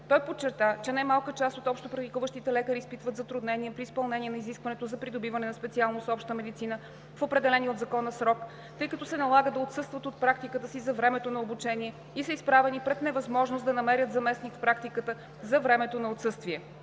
Той подчерта, че немалка част от общопрактикуващите лекари изпитват затруднение при изпълнение на изискването за придобиване на специалност „Обща медицина“ в определения от закона срок, тъй като се налага да отсъстват от практиката си за времето на обучение и са изправени пред невъзможност да намерят заместник в практиката за времето на отсъствие.